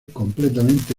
completamente